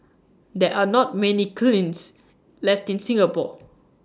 there are not many kilns left in Singapore